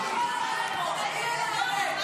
נגמר הזמן.